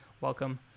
welcome